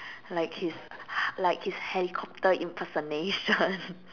like his like his helicopter impersonation